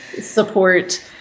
support